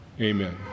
amen